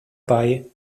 bei